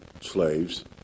slaves